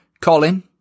Colin